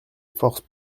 forces